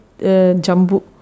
Jambu